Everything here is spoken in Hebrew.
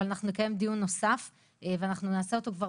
אבל אנחנו נקיים דיון נוסף ואנחנו נעשה אותו כבר